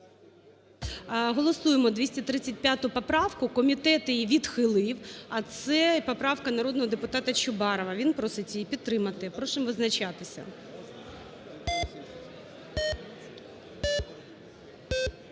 Голосуємо 235 поправку. Комітет її відхилив, а це поправка народного депутата Чубарова, він просить її підтримати. Прошу визначатися.